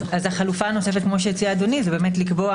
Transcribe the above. אז החלופה הנוספת כמו שהציע אדוני זה שבמקרים